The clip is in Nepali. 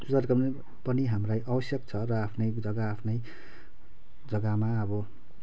ती गर्न पनि हामीलाई अवश्यक छ र आफ्नै जग्गा आफ्नै जग्गामा अब